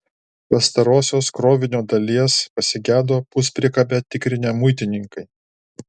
pastarosios krovinio dalies pasigedo puspriekabę tikrinę muitininkai